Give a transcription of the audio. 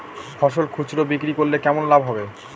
ফসল খুচরো বিক্রি করলে কেমন লাভ হবে?